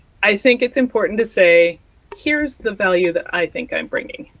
i think it's important to say here's the value that i think i'm bringing,